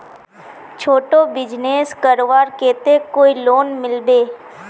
छोटो बिजनेस करवार केते कोई लोन मिलबे?